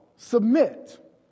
Submit